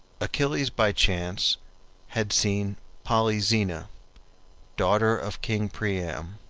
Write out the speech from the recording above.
achilles by chance had seen polyxena, daughter of king priam,